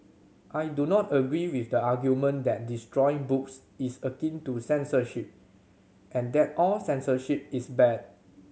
I do not agree with the argument that destroying books is akin to censorship and that all censorship is bad